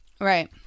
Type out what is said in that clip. Right